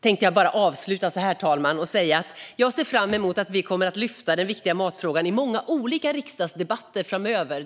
tänkte avsluta, herr talman, med att säga att jag ser fram emot att vi kommer att lyfta den viktiga matfrågan i många olika riksdagsdebatter framöver.